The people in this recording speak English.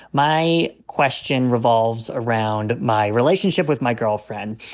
my question revolves around my relationship with my girlfriend.